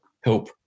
help